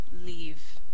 leave